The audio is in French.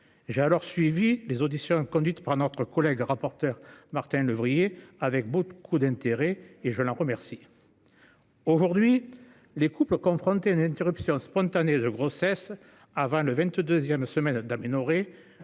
J'ai suivi les auditions conduites par notre collègue rapporteur, Martin Lévrier, avec beaucoup d'intérêt, et je l'en remercie. Aujourd'hui, les couples confrontés à une interruption spontanée de grossesse, avant la vingt-deuxième semaine d'aménorrhée,